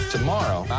Tomorrow